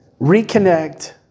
Reconnect